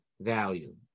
value